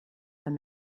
them